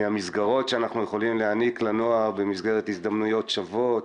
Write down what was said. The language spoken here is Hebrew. מהמסגרות שאנחנו יכולים להעניק לנוער במסגרת הזדמנויות שוות